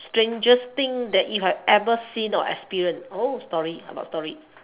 strangest thing that if I've ever seen or experienced oh story about story